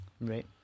Right